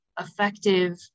effective